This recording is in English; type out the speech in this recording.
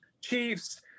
Chiefs